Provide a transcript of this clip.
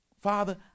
Father